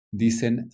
dicen